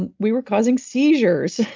and we were causing seizures.